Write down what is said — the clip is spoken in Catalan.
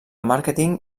màrqueting